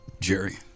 Jerry